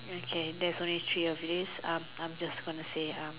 okay there is only three of these um I'm just gonna say um